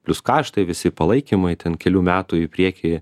plius karštai visi palaikymai ten kelių metų į priekį